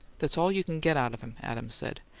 that's all you can get out of him, adams said.